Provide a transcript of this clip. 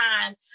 time